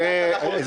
בהקדם האפשרי.